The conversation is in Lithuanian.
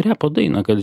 repo dainą kad